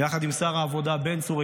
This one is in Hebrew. ביחד עם שר העבודה בן צור,